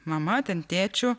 mama ten tėčių